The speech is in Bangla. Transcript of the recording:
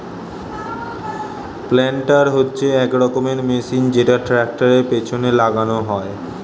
প্ল্যান্টার হচ্ছে এক রকমের মেশিন যেটা ট্র্যাক্টরের পেছনে লাগানো হয়